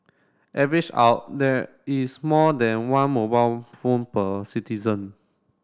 average out there is more than one mobile phone per citizen